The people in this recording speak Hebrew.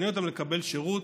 מעניין אותם לקבל שירות,